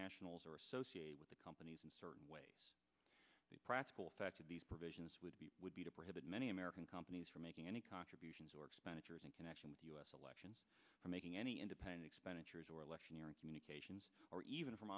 nationals are associated with the companies and certain way the practical effect of these provisions would be would be to prohibit many american companies from making any contributions or expenditures in connection with u s elections or making any independent expenditures or electioneering communications or even from